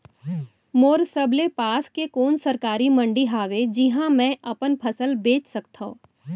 मोर सबले पास के कोन सरकारी मंडी हावे जिहां मैं अपन फसल बेच सकथव?